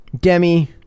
Demi